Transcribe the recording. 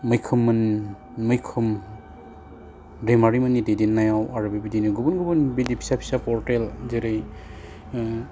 मैखोममोन मैखोम दैमारिमोननि दैदेन्नायाव आरो बेबायदिनो गुबुन गुबुन बिदि फिसा फिसा परटेल जेरै